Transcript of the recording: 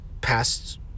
past